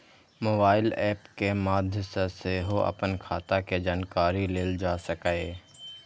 mobile app के माध्य सं सेहो अपन खाता के जानकारी लेल जा सकैए